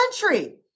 country